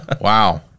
wow